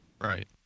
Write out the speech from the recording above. Right